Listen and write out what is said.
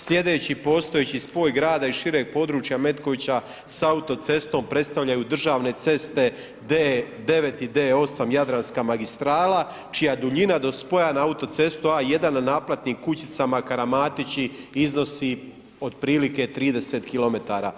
Sljedeći postojeći spoj grada i šireg područja Metkovića sa autocestom predstavalju državne ceste D9 i D8 Jadranska magistrala čija duljina do spoja na autocestu A1 na naplatnim kućicama Karamatići iznosi otprilike 30km.